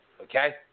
Okay